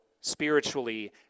spiritually